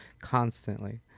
constantly